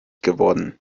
geworden